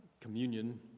communion